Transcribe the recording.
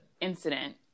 incident